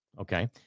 Okay